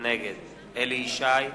נגד אליהו ישי,